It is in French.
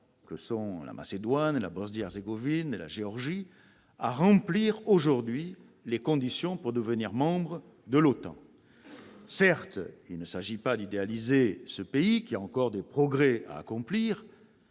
yougoslave de Macédoine, la Bosnie-Herzégovine et la Géorgie -à remplir les conditions pour devenir membre de l'OTAN. Certes, il ne s'agit pas d'idéaliser ce pays, qui a encore des progrès à accomplir,